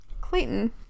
Clayton